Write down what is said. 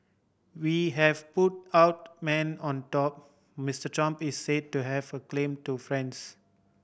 we have put out man on top Mister Trump is say to have a claim to friends